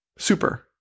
Super